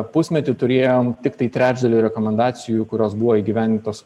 pusmetį turėjom tiktai trečdalį rekomendacijų kurios buvo įgyvendintos